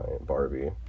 barbie